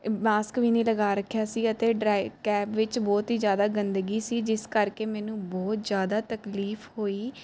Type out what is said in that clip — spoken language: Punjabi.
ਮਾਸਕ ਵੀ ਨਹੀਂ ਲਗਾ ਰੱਖਿਆ ਸੀ ਅਤੇ ਡਰਾਈ ਕੈਬ ਵਿੱਚ ਬਹੁਤ ਹੀ ਜ਼ਿਆਦਾ ਗੰਦਗੀ ਸੀ ਜਿਸ ਕਰਕੇ ਮੈਨੂੰ ਬਹੁਤ ਜਿਆਦਾ ਤਕਲੀਫ ਹੋਈ